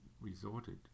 resorted